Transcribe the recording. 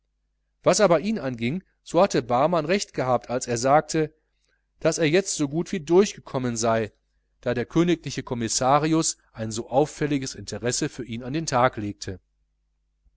was aber ihn anging so hatte barmann recht gehabt als er sagte daß auch er jetzt so gut wie durchgekommen sei da der königliche kommissarius ein so auffälliges interesse für ihn an den tag legte